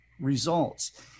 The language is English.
results